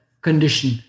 condition